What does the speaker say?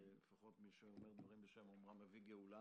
לפחות מי שאומר דברים בשם אמרם מביא גאולה